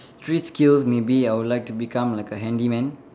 three skills maybe I would like to become like a handyman